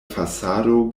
fasado